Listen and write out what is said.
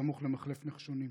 סמוך למחלף נחשונים.